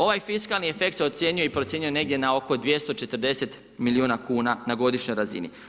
Ovaj fiskalni efekt se ocjenjuje i procjenjuje negdje na oko 240 milijuna kuna na godišnjoj razini.